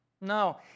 no